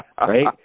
right